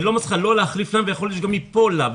ולא מצליחה לא להחליף ויכול להיות שגם תינוק ייפול לה.